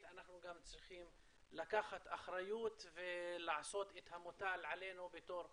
אנחנו גם צריכים לקחת אחריות ולעשות את המוטל עלינו בתור חברה.